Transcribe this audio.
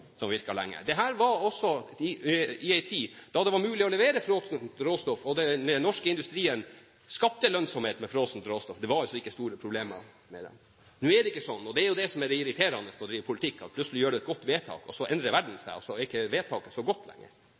som virket lenge. Dette var også i en tid da det var mulig å levere frossent råstoff. Den norske industrien skapte lønnsomhet med frossent råstoff, og det var ikke store problemer med det. Nå er det ikke sånn lenger, og det er jo det som er det irriterende i politikken: Man gjør et godt vedtak, så endrer verden seg, og så er plutselig ikke vedtaket så godt